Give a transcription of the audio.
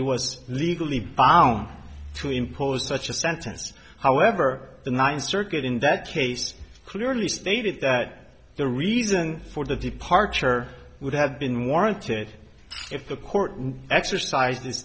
it was legally bound to impose such a sentence however the ninth circuit in that case clearly stated that the reason for the departure would have been warranted if the court exercise